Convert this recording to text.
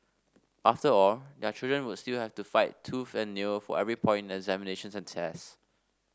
after all their children would still have to fight tooth and nail for every point examinations and tests